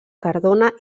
cardona